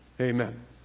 Amen